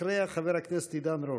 אחריה, חבר הכנסת עידן רול.